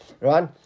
right